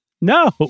No